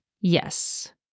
Yes